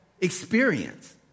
experience